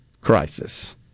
crisis